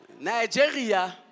Nigeria